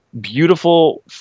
beautiful